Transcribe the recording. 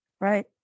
Right